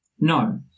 No